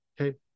okay